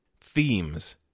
themes